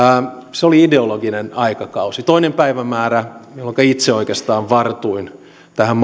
se oli ideologinen aikakausi toinen päivämäärä jolloinka itse oikeastaan tavallaan vartuin tähän